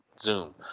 Zoom